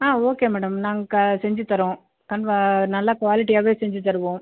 okay madam நாங்கள் செஞ்சு தரோம் கன்ஃப் நல்லா குவாலிட்டியாகவே செஞ்சு தருவோம்